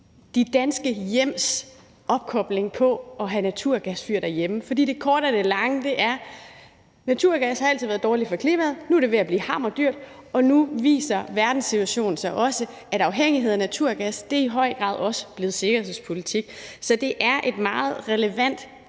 de danske hjems opkobling til naturgasfyr derhjemme, for det korte af det lange er, at naturgas altid har været dårligt for klimaet. Nu er det ved at blive hammer dyrt, og nu viser verdenssituationen så også, at afhængigheden af naturgas i høj grad også er blevet sikkerhedspolitik. Så det er et meget relevant